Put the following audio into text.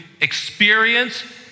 experience